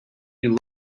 you